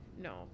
no